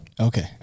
Okay